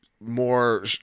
more